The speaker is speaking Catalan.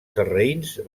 sarraïns